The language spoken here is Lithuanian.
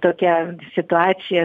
tokia situacija